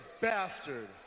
bastard